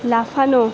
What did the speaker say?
লাফানো